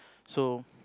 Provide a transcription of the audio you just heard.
so